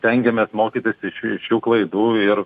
stengiamės mokytis iš iš šių klaidų ir